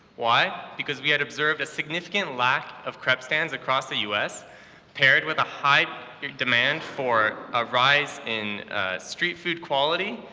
why? because we had observed a significant lack of crepe stands across the us paired with a high demand for a rise in street-food quality,